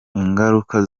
ingaruka